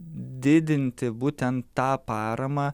didinti būtent tą paramą